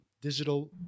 digital